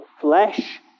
flesh